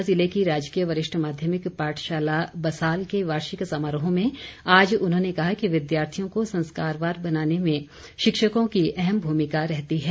ऊना जिले की राजकीय वरिष्ठ माध्यमिक पाठशाला बसाल के वार्षिक समारोह में आज उन्होंने कहा कि विद्यार्थियों को संस्कारवान बनाने में शिक्षकों की अहम भूमिका रहती है